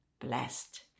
blessed